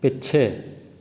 ਪਿੱਛੇ